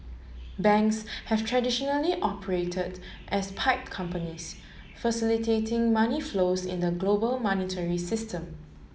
banks have traditionally operated as pipe companies facilitating money flows in the global monetary system